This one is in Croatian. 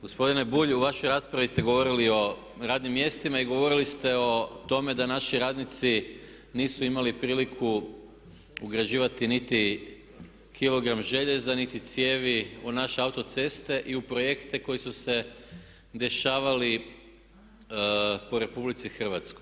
Gospodine Bulj, u vašoj raspravi ste govorili o radnim mjestima i govorili ste o tome da naši radnici nisu imali priliku ugrađivati niti kilogram željeza niti cijevi u naše autoceste i u projekte koji su se dešavali po RH.